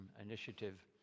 Initiative